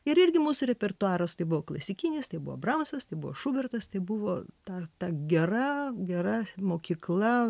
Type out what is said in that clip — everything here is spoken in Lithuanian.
ir irgi mūsų repertuaras tai buvo klasikinis tai buvo bramsas tai buvo šubertas tai buvo ta ta gera gera mokykla